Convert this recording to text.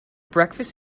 breakfast